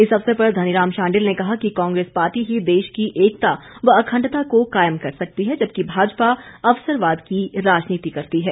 इस अवसर पर धनीराम शांडिल ने कहा कि कांग्रेस पार्टी ही देश की एकता व अखंडता को कायम कर सकती है जबकि भाजपा अवसरवाद की राजनीति करती है